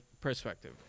perspective